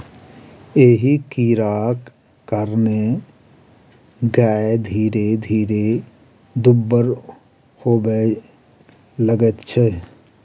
एहि कीड़ाक कारणेँ गाय धीरे धीरे दुब्बर होबय लगैत छै